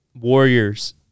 Warriors